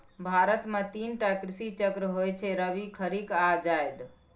भारत मे तीन टा कृषि चक्र होइ छै रबी, खरीफ आ जाएद